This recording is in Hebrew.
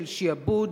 של שעבוד,